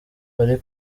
bari